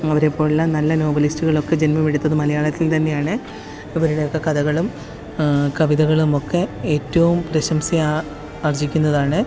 അവരെപ്പോലുള്ള നല്ല നോവലിസ്റ്റുകളൊക്കെ ജന്മമെടുത്തത് മലയാളത്തില് തന്നെയാണ് ഇവരുടെയൊക്കെ കഥകളും കവിതകളും ഒക്കെ ഏറ്റവും പ്രശംസ ആര്ജിക്കുന്നതാണ്